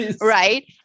right